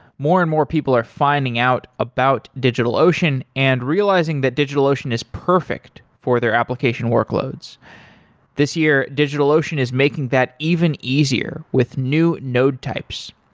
more and more people are finding out about digitalocean and realizing that digitalocean is perfect for their application workloads this year, digitalocean is making that even easier with new node types.